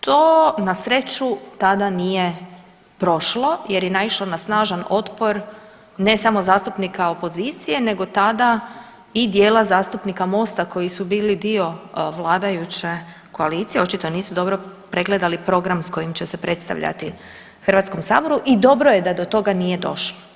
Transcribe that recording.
To na sreću tada nije prošlo jer je naišlo na snažan otpor ne samo zastupnika opozicije nego tada i dijela zastupnika Mosta koji su bili dio vladajuće koalicije, očito nisu dobro pregledali program s kojim će se predstavljati HS i dobro je da do toga nije došlo.